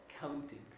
counting